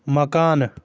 مکانہٕ